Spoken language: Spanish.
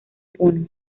puno